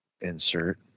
insert